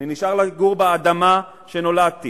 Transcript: אני נשאר לגור באדמה שנולדתי,